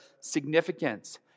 significance